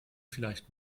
vielleicht